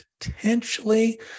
potentially